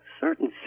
certain